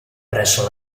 presso